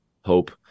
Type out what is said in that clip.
hope